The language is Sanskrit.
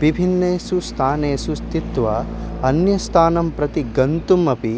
विभिन्नेषु स्थानेषु स्थित्वा अन्यस्थानं प्रति गन्तुम् अपि